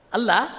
Allah